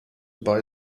buy